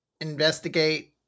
investigate